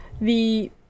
The-